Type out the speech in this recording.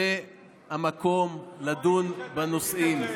זה המקום לדון בנושאים.